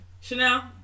Chanel